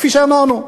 כפי שאמרנו,